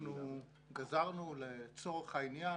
אנחנו גזרנו לצורך העניין